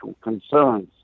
concerns